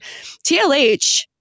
TLH